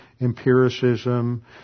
empiricism